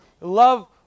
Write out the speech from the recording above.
love